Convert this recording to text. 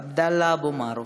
עבדאללה אבו מערוף.